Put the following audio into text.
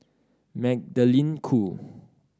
Magdalene Khoo